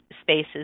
spaces